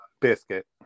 biscuit